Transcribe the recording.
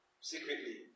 Secretly